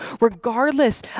Regardless